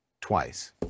twice